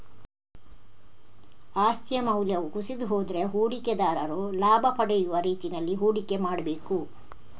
ಆಸ್ತಿಯ ಮೌಲ್ಯವು ಕುಸಿದು ಹೋದ್ರೆ ಹೂಡಿಕೆದಾರರು ಲಾಭ ಪಡೆಯುವ ರೀತಿನಲ್ಲಿ ಹೂಡಿಕೆ ಮಾಡ್ಬೇಕು